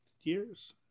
years